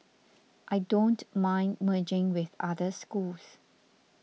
I don't mind merging with other schools